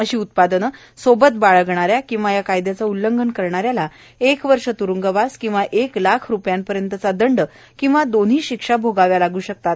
अशी उत्पादनं सोबत बाळगणाऱ्या किंवा या कायद्यापं उल्लंघन करणाऱ्याला एक वर्ष वुरुंगवास किंवा एक लाख रूपयांपर्यंतच्या दंड किंवा दोव्ही शिक्षा भोगाव्या लागू शकतात